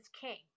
king